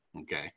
Okay